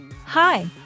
Hi